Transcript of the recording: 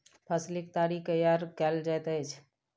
फसीलक ताड़ी तैयार कएल जाइत अछि